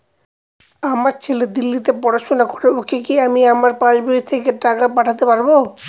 আমার ছেলে দিল্লীতে পড়াশোনা করে ওকে কি আমি আমার পাসবই থেকে টাকা পাঠাতে পারব?